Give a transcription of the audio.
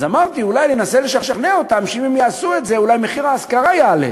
אז אמרתי: אולי ננסה לשכנע אותם שאם הם יעשו את זה מחיר ההשכרה יעלה,